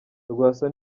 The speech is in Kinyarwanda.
rwasa